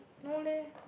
no leh